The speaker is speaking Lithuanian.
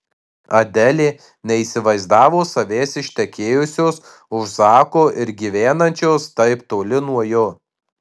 adelė neįsivaizdavo savęs ištekėjusios už zako ir gyvenančios taip toli nuo jo